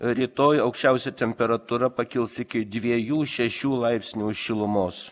rytoj aukščiausia temperatūra pakils iki dviejų šešių laipsnių šilumos